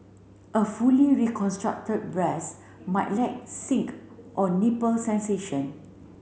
a fully reconstructed breast might lack think or nipple sensation